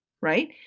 Right